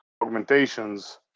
augmentations